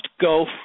go